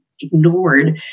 ignored